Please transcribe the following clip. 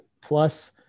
Plus